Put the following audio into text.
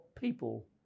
people